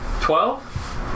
Twelve